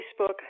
Facebook